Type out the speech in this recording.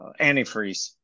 Antifreeze